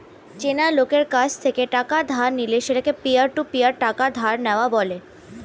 চেনা লোকের কাছ থেকে টাকা ধার নিলে সেটাকে পিয়ার টু পিয়ার টাকা ধার নেওয়া বলে